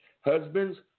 Husbands